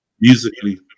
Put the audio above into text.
musically